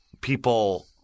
people